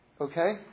Okay